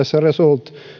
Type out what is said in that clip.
tässä resolute